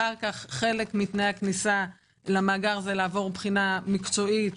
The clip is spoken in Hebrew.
אחר כך חלק מתנאי הכניסה למאגר זה לעבור בחינה מקצועית,